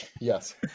Yes